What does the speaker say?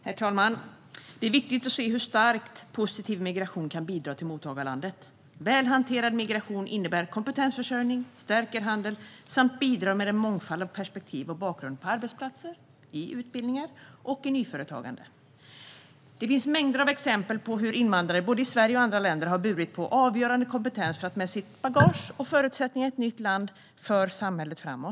Herr talman! Det är viktigt att se hur starkt positiv migration kan bidra till mottagarlandet. Väl hanterad migration innebär kompetensförsörjning, stärker handel och bidrar med en mångfald av perspektiv och bakgrunder på arbetsplatser, i utbildningar och i nyföretagande. Det finns mängder av exempel på hur invandrare, både i Sverige och i andra länder, har burit på avgörande kompetens för att med sitt bagage och med förutsättningarna i ett nytt land föra samhället framåt.